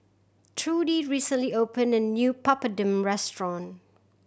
Trudie recently opened a new Papadum restaurant